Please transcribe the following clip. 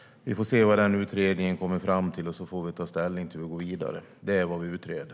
Vi får se vad den utredningen kommer fram till, och då får vi ta ställning till hur vi ska gå vidare. Det är vad vi utreder.